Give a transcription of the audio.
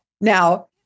Now